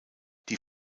die